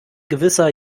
gewisser